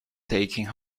taking